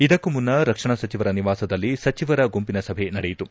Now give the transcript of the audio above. ಇದಕ್ಕೂ ಮುನ್ನ ರಕ್ಷಣಾ ಸಚಿವರ ನಿವಾಸದಲ್ಲಿ ಸಚಿವರ ಗುಂಪಿನ ಸಭೆ ನಡೆಯಿತು